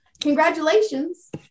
congratulations